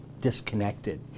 disconnected